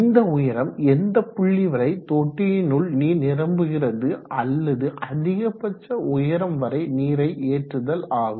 இந்த உயரம் எந்த புள்ளி வரை தொட்டியினுள் நீர் நிரம்புகிறது அல்லது அதிகபட்ச உயரம் வரை நீரை ஏற்றுதல் ஆகும்